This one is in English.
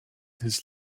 his